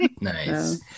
Nice